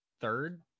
Third